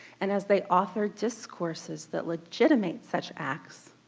and as they author discourses that legitimate such acts,